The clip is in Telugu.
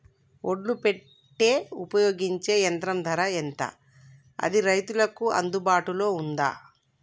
ఒడ్లు పెట్టే ఉపయోగించే యంత్రం ధర ఎంత అది రైతులకు అందుబాటులో ఉందా?